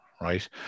right